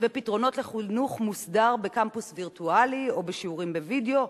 ופתרונות לחינוך מוסדר בקמפוס וירטואלי או בשיעורים בווידאו,